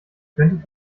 könntet